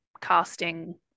casting